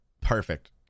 perfect